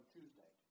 Tuesday